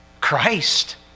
Christ